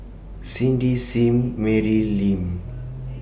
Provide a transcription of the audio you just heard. Cindy SIM Mary Lim